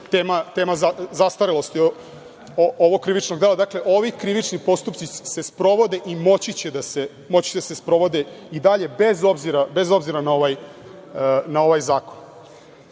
tema zastarelosti ovog krivičnog dela. Dakle, ovi krivični postupci se sprovode i moći će da se sprovode i dalje, bez obzira na ovaj